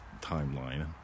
timeline